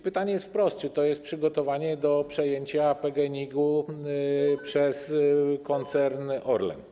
Pytam wprost: Czy to jest przygotowanie do przejęcia PGNiG przez koncern Orlen?